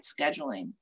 scheduling